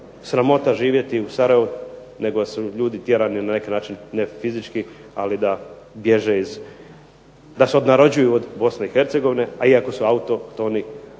sramota živjeti u Sarajevu nego su ljudi tjerani na neki način ne fizički, ali da bježe, da se odnarođuju od BiH, a iako su autohtoni